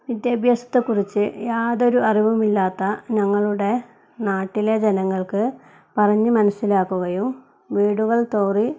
വിദ്യാഭ്യാസത്തെക്കുറിച്ച് യാതൊരു അറിവുമില്ലാത്ത ഞങ്ങളുടെ നാട്ടിലെ ജനങ്ങൾക്ക് പറഞ്ഞ് മനസ്സിലാക്കുകയും വീടുകൾ തോറും